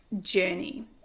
journey